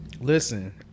Listen